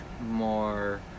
more